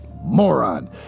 Moron